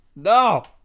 No